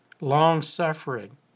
long-suffering